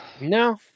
No